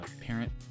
parent